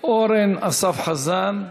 אורן אסף חזן,